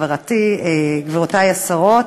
גבירותי השרות,